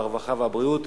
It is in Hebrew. והרווחה והבריאות,